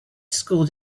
school